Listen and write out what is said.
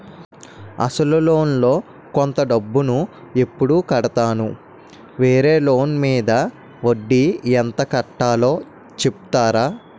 అసలు లోన్ లో కొంత డబ్బు ను ఎప్పుడు కడతాను? వేరే లోన్ మీద వడ్డీ ఎంత కట్తలో చెప్తారా?